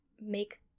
make